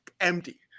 Empty